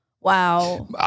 Wow